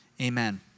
amen